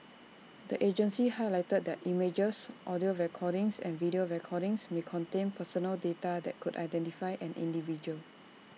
the agency highlighted that images audio recordings and video recordings may contain personal data that could identify an individual